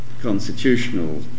constitutional